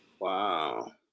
Wow